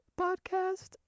Podcast